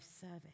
service